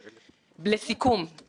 רועי פולקמן,